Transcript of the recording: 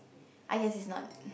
I guess it's not